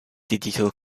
digital